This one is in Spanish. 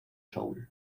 soul